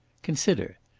consider!